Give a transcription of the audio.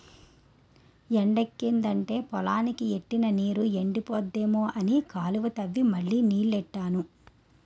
ఎండెక్కిదంటే పొలానికి ఎట్టిన నీరు ఎండిపోద్దేమో అని కాలువ తవ్వి మళ్ళీ నీల్లెట్టాను